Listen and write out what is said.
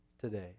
today